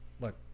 Look